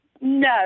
No